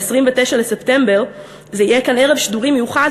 ב-29 בספטמבר יהיה כאן ערב שידורים מיוחד